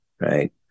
right